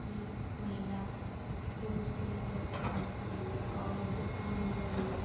कि महिला पुरुष से बढ़कर होती हैं और उनसे कम नहीं हैं